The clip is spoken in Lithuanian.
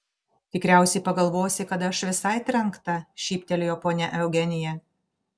tikriausiai pagalvosi kad aš visai trenkta šyptelėjo ponia eugenija